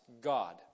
God